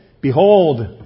behold